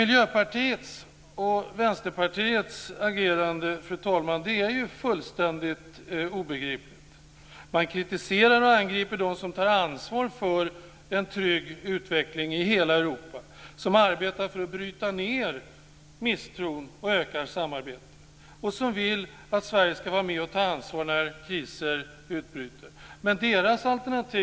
Miljöpartiets och Vänsterpartiets agerande är fullständigt obegripligt. Man kritiserar och angriper dem som tar ansvar för en trygg utveckling i hela Europa, arbetar för att bryta ned misstron och öka samarbetet och som vill att Sverige ska vara med och ta ansvar när kriser utbryter.